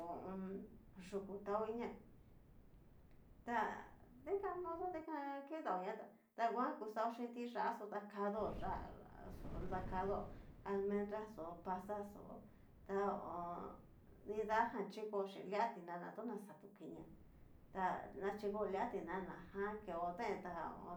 Hu u un. yuku tao inia, ta dikan modo dikan kidaoña tá danguan kuxaó xhín tiyá xo dakado yáxo dakadó almendra xó pasaxó ta ho. nida jan xhiko xhín lia tinana tona xató kinía tá nachiko lia tinana jan keo deen ta ho o